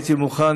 הייתי מוכן,